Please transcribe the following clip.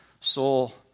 soul